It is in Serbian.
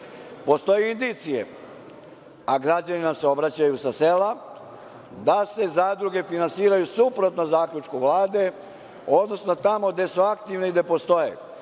dobili? Postoje indicije, a građani nam se obraćaju sa sela, da se zadruge finansiraju suprotno zaključku Vlade, odnosno tamo gde su aktivni i gde postoje